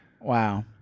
Wow